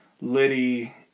Liddy